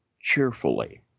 cheerfully